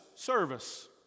Service